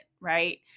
right